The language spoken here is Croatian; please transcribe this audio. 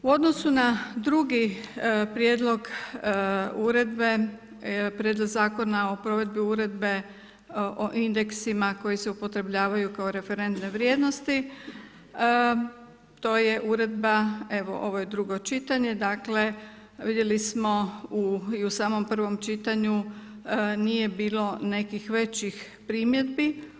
U odnosu na drugi prijedlog uredbe, predmet Zakona o provedbi uredbe o indeksima koje se upotrebljavaju kao referentne vrijednosti, to je uredba, ovo je drugo čitanje, dakle, vidjeli smo i u samom prvom čitanju, nije bilo nekih većih primjedbi.